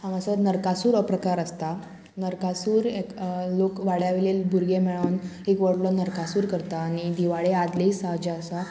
हांगासर नरकासूर हो प्रकार आसता नरकासूर एक लोक वाड्या वयले भुरगे मेळोन एक व्हडलो नरकासूर करता आनी दिवाळे आदले दिसा जे आसा